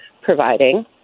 providing